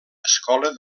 escola